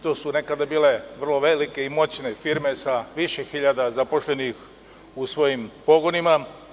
To su nekada bile vrlo velike i moćne firme sa više hiljada zaposlenih u svojim pogonima.